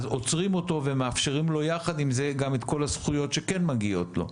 עוצרים אותו ומאפשרים לו יחד עם זה גם את כל הזכויות שמגיעות לו?